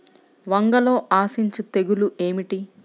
వంగలో ఆశించు తెగులు ఏమిటి?